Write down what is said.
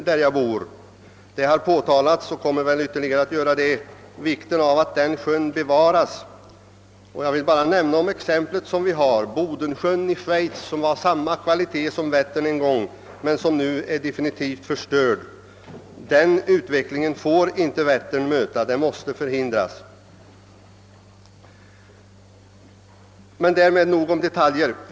Vikten av att den sjön bevaras och skyddas från ytterligare förstörelse har påpekats och kommer väl ytterligare att påpekas. Jag vill erinra om ett exempel, nämligen Bodensjön i Schweiz, som en gång var av samma kvalitet som Vättern men som nu är definitivt död. Den utvecklingen får inte Vättern gå till mötes — det måste förhindras. Därmed nog om detaljer.